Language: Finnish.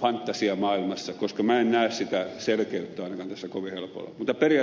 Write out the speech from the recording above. fantasiamaailmassa koska minä en näe sitä selkeyttä tässä ainakaan kovin helpolla